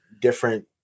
different